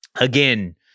Again